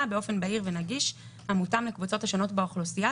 באופן בהיר ונגיש המותאם לקבוצות השונות באוכלוסייה,